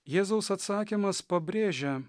jėzaus atsakymas pabrėžia